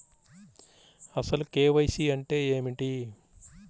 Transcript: అసలు కే.వై.సి అంటే ఏమిటి?